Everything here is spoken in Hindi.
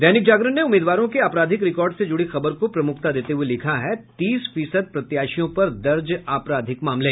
दैनिक जागरण ने उम्मीदवारों के आपराधिक रिकार्ड से जुड़ी खबर को प्रमुखता देते हुए लिखा है तीस फीसद प्रत्याशियों पर दर्ज आपराधिक मामले